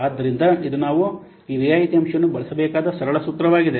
ಆದ್ದರಿಂದ ಇದು ನಾವು ಈ ರಿಯಾಯಿತಿ ಅಂಶವನ್ನು ಬಳಸಬಹುದಾದ ಸರಳ ಸೂತ್ರವಾಗಿದೆ